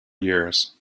years